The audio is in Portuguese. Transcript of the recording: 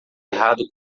errado